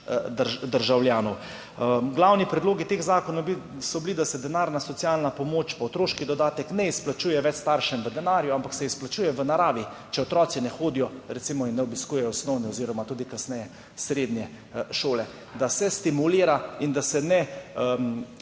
državljanov. Glavni predlogi teh zakonov so bili, da se denarna socialna pomoč, otroški dodatek ne izplačuje več staršem v denarju, ampak se izplačuje v naravi, če otroci ne hodijo, recimo, in ne obiskujejo osnovne oziroma tudi kasneje srednje šole. Da se stimulira in da se ne vzdržuje